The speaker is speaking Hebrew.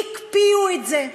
הקפיאו את זה.